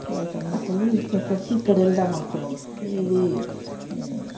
కొడైకెనాల్ కు వెళ్ళి ఇంకా ఎక్కడికి ఇక్కడకి వెళదాం అనుకున్నాం ఏది